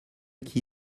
qui